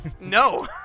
No